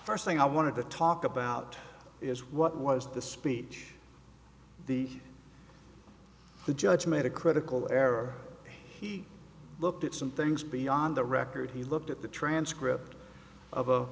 first thing i want to talk about is what was the speech the the judge made a critical error he looked at some things beyond the record he looked at the transcript of